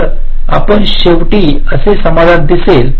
तर आपण शेवटी असे समाधान दिसेल